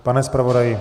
Pane zpravodaji?